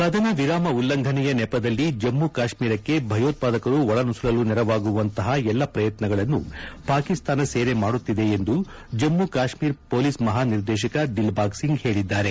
ಕದನ ವಿರಾಮ ಉಲ್ಲಂಘನೆಯ ನೆಪದಲ್ಲಿ ಜಮ್ಮು ಕಾಶ್ವೀರಕ್ಕೆ ಭಯೋತ್ಪಾದಕರು ಒಳನುಸುಳಲು ನೆರವಾಗುವಂತಹ ಎಲ್ಲ ಪ್ರಯತ್ನಗಳನ್ನು ಪಾಕಿಸ್ತಾನ ಸೇನೆ ಮಾಡುತ್ತಿದೆ ಎಂದು ಜಮ್ಮು ಕಾಶ್ಮೀರ ಪೊಲೀಸ್ ಮಹಾ ನಿರ್ದೇಶಕ ದಿಲ್ಬಾಗ್ ಸಿಂಗ್ ಹೇಳಿದ್ದಾರೆ